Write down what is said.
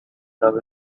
love